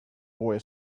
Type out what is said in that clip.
boy